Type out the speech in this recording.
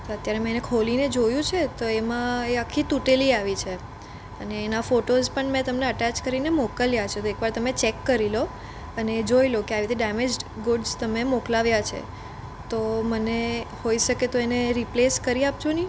તો અત્યારે મેં એને ખોલીને જોયું છે તો એમાં એ આખી તૂટેલી આવી છે અને એનાં ફોટોસ પણ મેં તમને અટેચ કરીને મોકલ્યા છે તો એકવાર તમે ચેક કરી લો અને જોઈ લો કે આવી તે ડેમેજ્ડ ગુડ્સ તમે મોકલાવ્યા છે તો મને હોઇ શકે તો એને રિપ્લેસ કરી આપજો ને